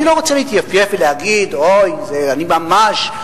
אני לא רוצה להתייפייף ולהגיד: אוי, אני ממש...